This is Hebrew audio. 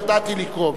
מאז ידעתי לקרוא,